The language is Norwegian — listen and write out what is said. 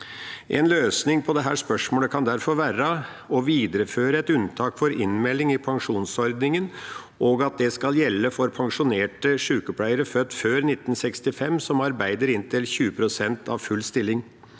En løsning på dette spørsmålet kan derfor være å videreføre et unntak for innmelding i pensjonsordningen og at det skal gjelde for pensjonerte sykepleiere født før 1963 som arbeider inntil 20 pst. av full stilling.